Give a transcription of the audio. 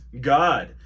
God